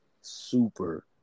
super